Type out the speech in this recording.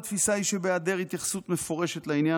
התפיסה היא שבהיעדר התייחסות מפורשת לעניין,